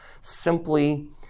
simply